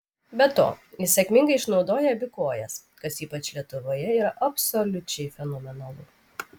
be to jis sėkmingai išnaudoja abi kojas kas ypač lietuvoje yra absoliučiai fenomenalu